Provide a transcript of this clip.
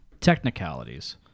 Technicalities